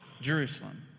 Jerusalem